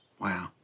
Wow